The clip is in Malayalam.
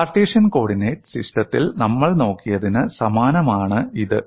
കാർട്ടീഷ്യൻ കോർഡിനേറ്റ് സിസ്റ്റത്തിൽ നമ്മൾ നോക്കിയതിന് സമാനമാണ് ഇത്